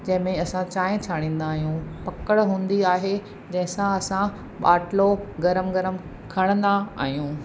जंहिंमें असां चांहिं छाणिंदा आहियूं पकड़ हूंदी आहे जंहिंसां असां बाटलो गरम गरम खणंदा आहियूं